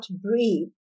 breathe